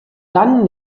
dann